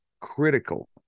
critical